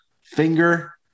finger